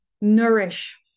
nourish